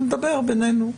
נדבר בינינו.